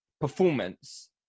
performance